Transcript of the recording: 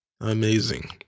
Amazing